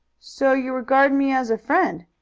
so you regard me as a friend?